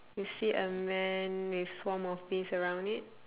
you see a man with swam of bees around it